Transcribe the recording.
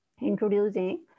introducing